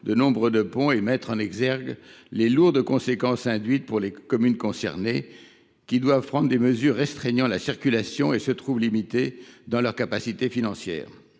de nombre de ponts et mettre en exergue les lourdes conséquences induites pour les communes concernées, qui doivent prendre des mesures restreignant la circulation et se trouvent limitées dans leur capacité financière.